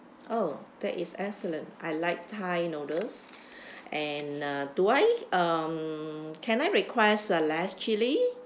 oh that is excellent I like thai noodles and uh do I um can I request uh less chilli